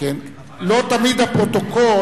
לא תמיד הפרוטוקול